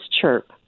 chirp